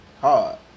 hard